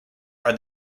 are